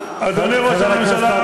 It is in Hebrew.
אתה צריך לכבד,